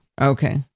Okay